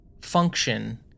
function